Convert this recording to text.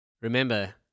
Remember